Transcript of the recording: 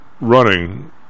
running